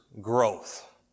growth